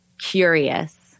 curious